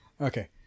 Okay